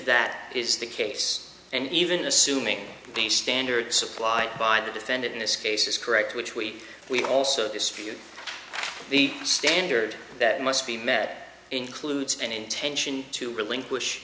that is the case and even assuming the standard supplied by the defendant in this case is correct which we we also use the standard that must be met includes an intention to relinquish